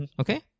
Okay